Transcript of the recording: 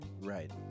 right